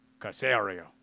Casario